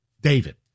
David